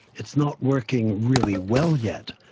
it's not working really well yet,